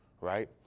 right